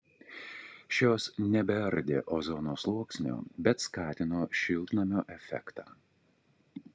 šios nebeardė ozono sluoksnio bet skatino šiltnamio efektą